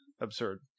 absurd